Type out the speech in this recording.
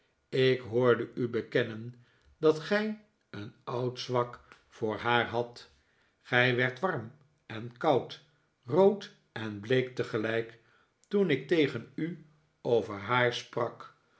ik hoorde u bekennen dat gij een oud zwak voor haar hadt gij werd warm en koud rood en bleek tegelijk toen ik tegen u over haar sprak